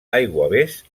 aiguavés